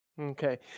Okay